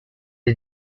est